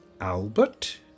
Albert